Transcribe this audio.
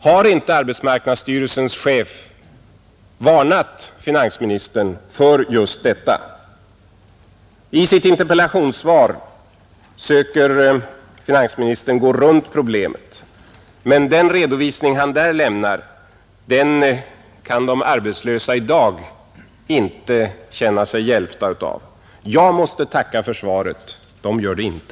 Har inte arbetsmarknadsstyrelsens chef varnat finansministern för just detta? I sitt interpellationssvar söker finansministern gå runt problemet, men den redovisning han där lämnar kan de arbetslösa i dag inte känna sig hjälpta av. Jag måste tacka för svaret. De gör det inte.